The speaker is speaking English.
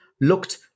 looked